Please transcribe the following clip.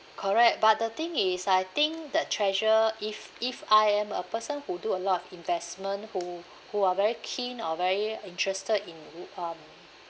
correct but the thing is I think the treasure if if I am a person who do a lot of investment who who are very keen or very interested in um